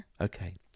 Okay